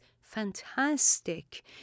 fantastic